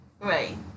right